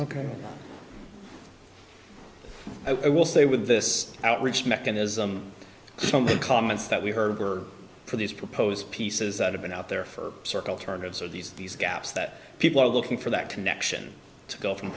ok i will stay with this outreach mechanism some comments that we heard for these proposed pieces that have been out there for circle turners are these these gaps that people are looking for that connection to go from